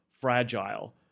fragile